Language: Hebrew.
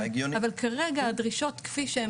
אבל כרגע הדרישות כפי שהן,